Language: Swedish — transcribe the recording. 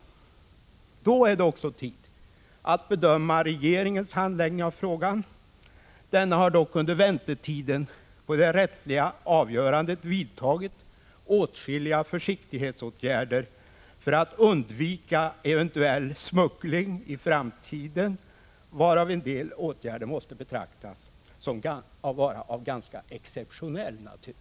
Då är det också tid att bedöma regeringens handläggning av frågan. Denna har dock under väntetiden på det rättsliga avgörandet vidtagit åtskilliga Prot. 1985/86:146 försiktighetsåtgärder för att undvika eventuell smuggling i framtiden, varav 21 maj 1986 en del åtgärder måste betraktas som varande av ganska exceptionell natur.